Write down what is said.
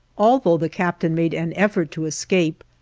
although the captain made an effort to escape,